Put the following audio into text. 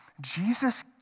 Jesus